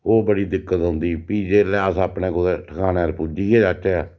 ओह् बड़ी दिक्कत औंदी फ्ही जेल्लै अस अपने कुतै ठकाने पर पुज्जी गै जाचै